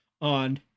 on